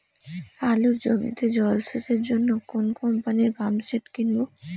আলুর জমিতে জল সেচের জন্য কোন কোম্পানির পাম্পসেট কিনব?